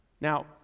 Now